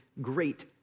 great